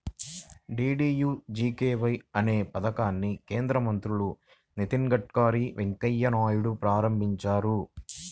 DDUGKY అనే పథకాన్ని కేంద్ర మంత్రులు నితిన్ గడ్కరీ, వెంకయ్య నాయుడులు ప్రారంభించారు